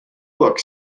look